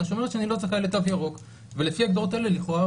שאומרת שאני לא זכאי לתו ירוק ולפי ההגדרות האלה לכאורה